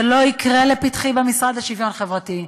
זה לא יקרה לפתחי, במשרד לשוויון חברתי,